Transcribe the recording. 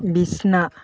ᱵᱤᱪᱷᱱᱟᱹ